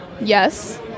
Yes